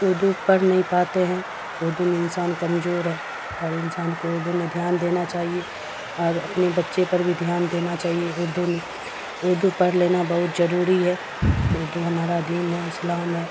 اردو پڑھ نہیں پاتے ہیں اردو میں انسان کمزور ہے اور انسان کو اردو میں دھیان دینا چاہیے اور اپنے بچے پر بھی دھیان دینا چاہیے اردو میں اردو پڑھ لینا بہت ضروری ہے اردو ہمارا دین ہے اسلام ہے